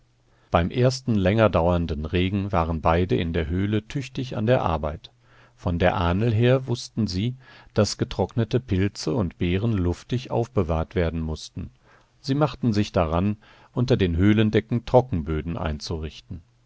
beim ersten länger dauernden regen waren beide in der höhle tüchtig an der arbeit von der ahnl her wußten sie daß getrocknete pilze und beeren luftig aufbewahrt werden mußten sie machten sich daran unter den höhlendecken trockenböden einzurichten